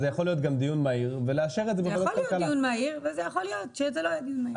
זה יכול להיות גם דיון מהיר ולאשר את זה בתור תקנה.